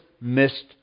missed